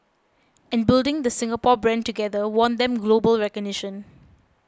and building the Singapore brand together won them global recognition